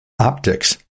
Optics